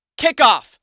Kickoff